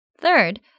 Third